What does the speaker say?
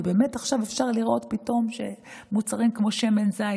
ובאמת עכשיו אפשר לראות פתאום שמוצרים כמו שמן זית,